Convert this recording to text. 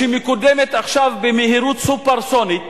שמקודמת עכשיו במהירות "סופר-סוניק"